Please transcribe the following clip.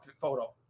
photo